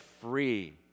free